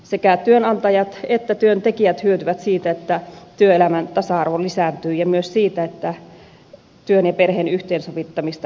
sekä työnantajat että työntekijät hyötyvät siitä että työelämän tasa arvo lisääntyy ja myös siitä että työn ja perheen yhteensovittamista tuetaan